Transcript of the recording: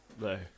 No